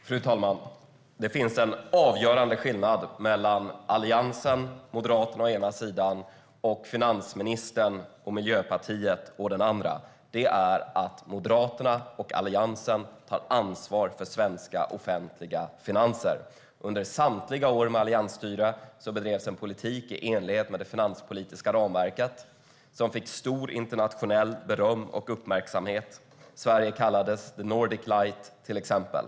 Fru talman! Det finns en avgörande skillnad mellan Alliansen och Moderaterna å ena sidan och finansministern och Miljöpartiet å den andra. Det är att Moderaterna och Alliansen tar ansvar för svenska offentliga finanser. Under samtliga år med alliansstyre bedrevs en politik i enlighet med det finanspolitiska ramverket som fick mycket beröm och uppmärksamhet internationellt. Sverige kallades the nordic light, till exempel.